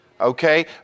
Okay